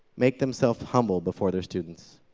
make themselves humble before their students.